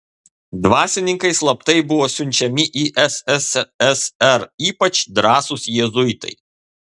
dvasininkai slaptai buvo siunčiami į ssrs ypač drąsūs jėzuitai